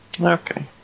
Okay